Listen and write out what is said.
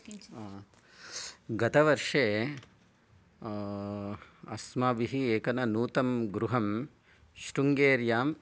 गतवर्षे अस्माभिः एकं नूतनं गृहं शृङ्गेर्यां